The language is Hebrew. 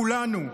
כולנו,